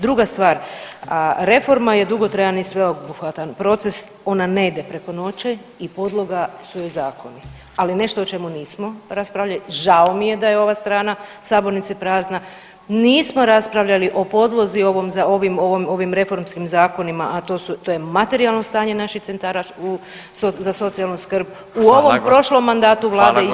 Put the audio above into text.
Druga stvar, reforma je dugotrajan i sveobuhvatan proces, ona ne ide preko noći i podloga su joj zakoni, ali nešto o čemu nismo raspravljali, žao mi je da je ova strana sabornice prazna, nismo raspravljali o podlozi, o ovim reformskim zakonima, a to je materijalno stanje naših centara za socijalnu skrb [[Upadica: Hvala.]] u ovom prošlom mandatu Vlade ih